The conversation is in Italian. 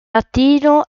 latino